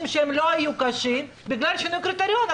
שהם לא היו קשים בגלל שינוי הקריטריון,